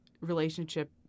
relationship